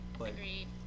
Agreed